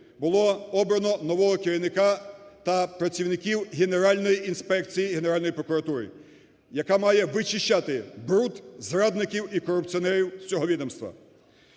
було обрано нового керівника та працівників Генеральної інспекції Генеральної прокуратури, яка має вичищати бруд, зрадників і корупціонерів з цього відомства.